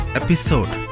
episode